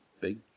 big